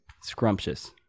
Scrumptious